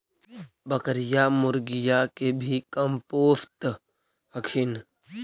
बकरीया, मुर्गीया के भी कमपोसत हखिन?